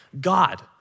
God